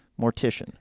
mortician